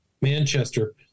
manchester